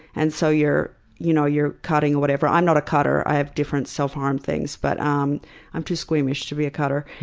and so you're you know you're cutting or whatever. i'm not a cutter, i have different self-harm things. but um i'm too squeamish to be a cutter.